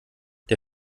der